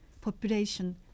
population